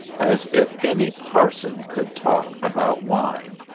as if any parson could talk about wine.